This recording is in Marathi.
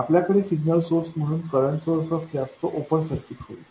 आपल्याकडे सिग्नल सोर्स म्हणून करंट सोर्स असल्यास तो ओपन सर्किट होईल